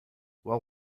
well